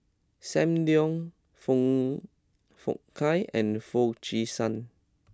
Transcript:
Sam Leong Foong Fook Kay and Foo Chee San